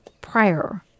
Prior